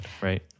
right